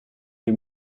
les